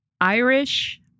Irish